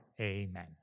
Amen